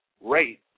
rate